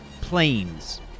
planes